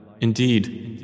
Indeed